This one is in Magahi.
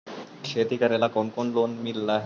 खेती करेला कौन कौन लोन मिल हइ?